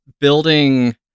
building